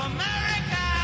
America